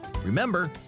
Remember